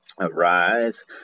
Arise